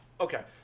okay